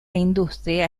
industria